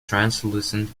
translucent